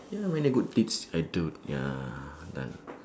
ya many good deeds I do ya done